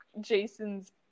Jason's